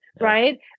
right